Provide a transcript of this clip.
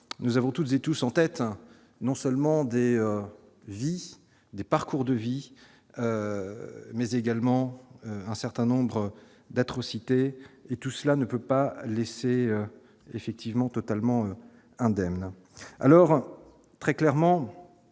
nous avons toutes et tous en tête non seulement des vies, des parcours de vie, mais également un certain nombre d'atrocités et tout cela ne peut pas laisser effectivement totalement indemne alors très clairement,